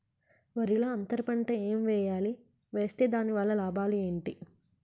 వరిలో అంతర పంట ఎం వేయాలి? వేస్తే దాని వల్ల లాభాలు ఏంటి?